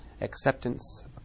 acceptance